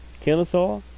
Kennesaw